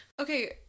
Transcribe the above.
Okay